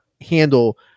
handle